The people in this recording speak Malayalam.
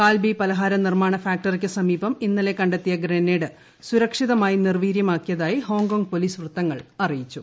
കാൽബി പലഹാര നിർമ്മാണ ഫാക്ടറിക്കു സമീപം ഇന്നലെ കണ്ടെത്തിയ ഗ്രനേഡ് സുരക്ഷിതമായി നിർവീര്യമാക്കിയതായി ഹോങ്കോങ് പൊലീസ് വൃത്തങ്ങൾ അറിയിച്ചു